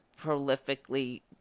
prolifically